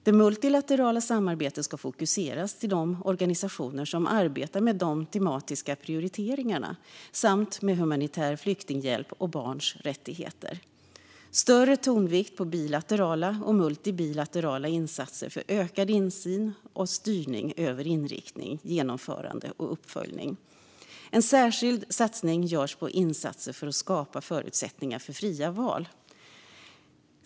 Det multilaterala samarbetet ska fokuseras till de organisationer som arbetar med de tematiska prioriteringarna samt med humanitär flyktinghjälp och barns rättigheter. Det ska vara större tonvikt på bilaterala och multilaterala insatser för ökad insyn och styrning över inriktning, genomförande och uppföljning. En särskild satsning görs på insatser för att skapa förutsättningar för fria val.